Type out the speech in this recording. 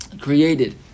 created